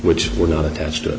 which were not attached to